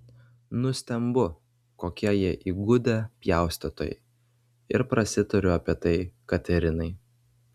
nustembu kokie jie įgudę pjaustytojai ir prasitariu apie tai katerinai